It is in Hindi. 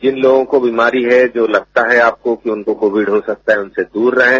जिन लोगों को बीमारी हैं जो लगता है आपको उनको कोविड हो सकता है उनसे दूर रहें